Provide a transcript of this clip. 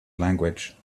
language